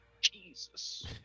Jesus